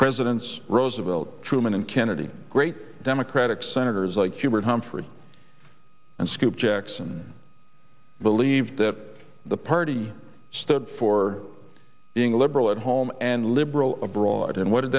presidents roosevelt truman and kennedy great democratic senators like hubert humphrey and scoop jackson believe that the party stood for being liberal at home and liberal abroad and what d